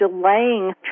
delaying